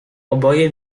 oboje